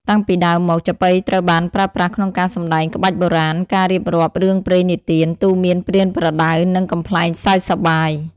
តាំងពីដើមមក ចាប៉ីត្រូវបានប្រើប្រាស់ក្នុងការសម្តែងក្បាច់បុរាណ ការរៀបរាប់រឿងព្រេងនិទាន ទូន្មានប្រៀនប្រដៅ និងកំប្លែងសើចសប្បាយ។